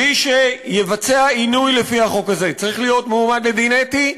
מי שיבצע עינוי לפי החוק הזה צריך להיות מועמד לדין אתי,